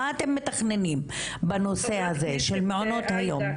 מה אתם מתכננים בנושא הזה של מעונות היום?